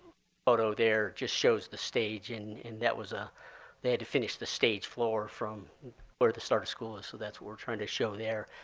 photo there just shows the stage. and and that was ah they had to finish the stage floor from where the start of school is, so that's what we're trying to show there.